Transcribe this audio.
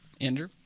Andrew